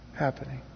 happening